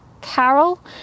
Carol